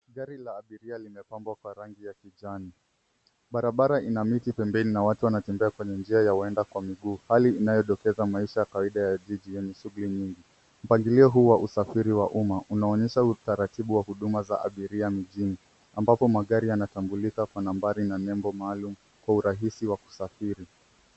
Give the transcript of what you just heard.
Gari la abiria limepamwa kwa rangi ya kijani. Barabara ina miti pembeni na watu wanatembea kwenye njia ya waenda kwa miguu. Hali inayodokeza maisha ya kawaida ya jiji yenye shughuli nyingi. Mpangilio huu wa usafiri wa umma unaonyesha utaratibu huduma za abiria mijini ambapo magari yanatambulika kwa nambari na nembo maalum kwa urahisi wa kusafiri.